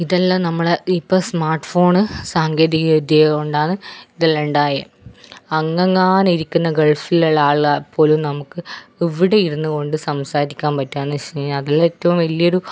ഇതെല്ലാം നമ്മൾ ഇപ്പം സ്മാർട്ട് ഫോൺ സാങ്കേതിവിദ്യ കൊണ്ടാണ് ഇതെല്ലം ഉണ്ടായേ അങ്ങങ്ങാനിരിക്കുന്ന ഗൾഫിലുള്ള ആളെ പോലും നമുക്ക് ഇവിടെയിരുന്ന് കൊണ്ട് സംസാരിക്കാൻ പറ്റുകയെന്നു വെച്ചു കഴിഞ്ഞാൽ അതല്ലേറ്റവും വലിയൊരു